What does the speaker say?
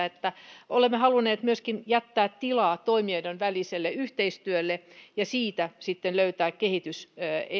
että olemme halunneet myöskin jättää tilaa toimijoiden väliselle yhteistyölle ja siitä sitten löytää